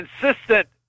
consistent